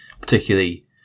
particularly